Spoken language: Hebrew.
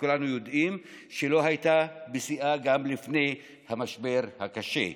שכולנו יודעים שלא הייתה בשיאה גם לפני המשבר הקשה.